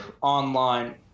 online